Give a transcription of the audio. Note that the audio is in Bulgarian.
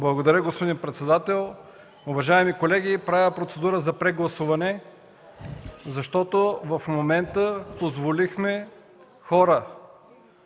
Уважаеми господин председател, уважаеми колеги! Правя процедура за прегласуване, защото в момента позволихме хора,